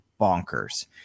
bonkers